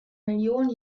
millionen